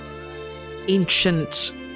ancient